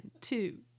two